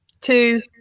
two